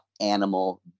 animal